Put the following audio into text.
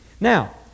Now